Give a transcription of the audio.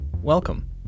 Welcome